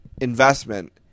investment